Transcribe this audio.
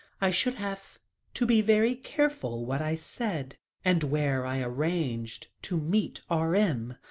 i should have to be very careful what i said and where i arranged to meet r m.